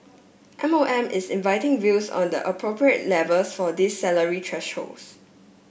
M O M is inviting views on the appropriate levels for these salary thresholds